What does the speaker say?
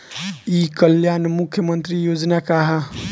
ई कल्याण मुख्य्मंत्री योजना का है?